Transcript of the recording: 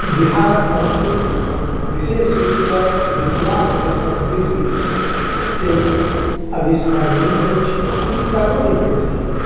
बिहारके संस्कृति विशेष रूपसँ अपन मिथिलाके जे संस्कृति अछि से अविस्मरणीय अछि ई कतौ नहि भेट सकैए